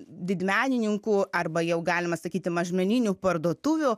didmenininkų arba jau galima sakyti mažmeninių parduotuvių